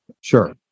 Sure